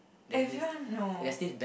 everyone no